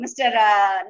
Mr